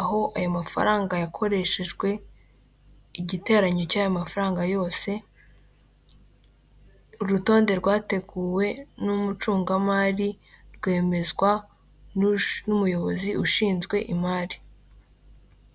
aho ayo mafaranga yakoreshejwe, igiteranyo cy'ayo mafaranga yose, urutonde rwateguwe n'umucungamari rwemezwa n'umuyobozi ushinzwe imari.